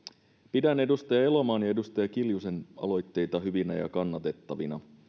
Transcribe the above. pidän edustaja elomaan ja edustaja kiljusen aloitteita hyvinä ja kannatettavina